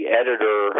editor